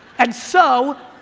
and so,